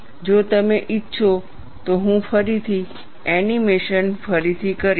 જો તમે ઇચ્છો તો હું ફરીથી એનિમેશન ફરીથી કરીશ